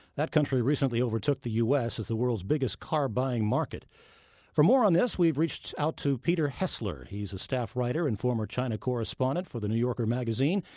that country recently overtook the u s. as the world's biggest car-buying market for more on this, we've reached out to peter hessler. he's a staff writer and former china correspondent for the new yorker magazine,